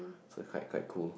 so quite quite cool